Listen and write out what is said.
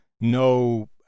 no